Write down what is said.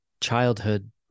childhood